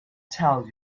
tell